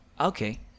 okay